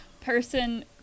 person